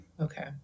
Okay